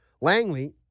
Langley